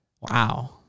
wow